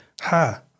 ha